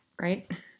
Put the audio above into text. Right